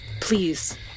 please